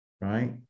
right